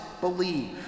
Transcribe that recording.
believe